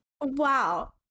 Wow